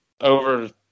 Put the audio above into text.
over